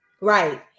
Right